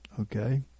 okay